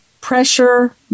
pressure